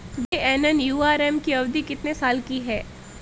JNNURM की अवधि कितने साल की है?